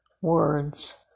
words